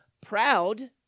proud